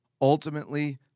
Ultimately